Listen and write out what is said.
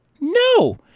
No